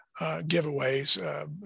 giveaways